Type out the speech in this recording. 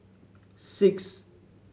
six